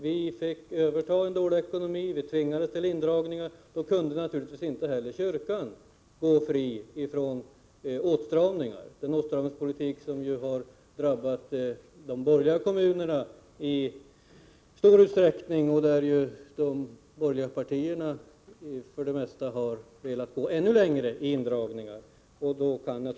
Vi fick överta en dålig ekonomi och tvingades till indragningar. Då kunde naturligtvis inte heller kyrkan gå fri från åtstramningar. Det är fråga om en åtstramningspolitik som i stor utsträckning har drabbat också de borgerliga kommunerna, och de borgerliga partierna har för det mesta velat gå ännu längre i indragningar.